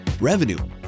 revenue